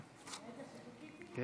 ישיבה 73,